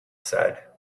said